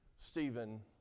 Stephen